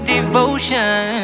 devotion